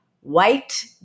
white